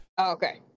Okay